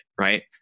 right